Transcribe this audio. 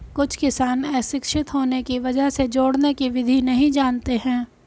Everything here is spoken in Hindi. कुछ किसान अशिक्षित होने की वजह से जोड़ने की विधि नहीं जानते हैं